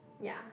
ya